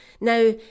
Now